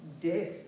death